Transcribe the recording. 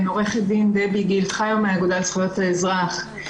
אני מהאגודה לזכויות האזרח.